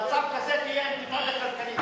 במצב כזה תהיה אינתיפאדה כלכלית.